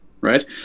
right